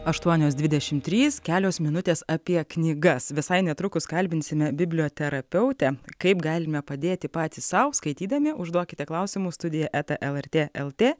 aštuonios dvidešimt trys kelios minutės apie knygas visai netrukus kalbinsime biblio terapeutę kaip galime padėti patys sau skaitydami užduokite klausimų studija eta lrt lt